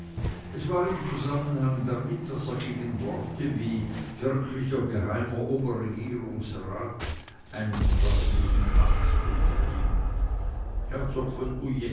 es war im zusammenhang damit daß er gegen worte wie wirklicher geheimer oberregierungsrat einen förmlichen haß unterhielt herzog von